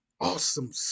awesome